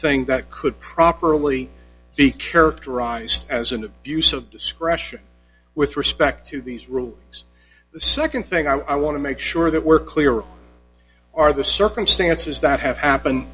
thing that could properly be characterized as an abuse of discretion with respect to these rules the nd thing i want to make sure that we're clear are the circumstances that have happened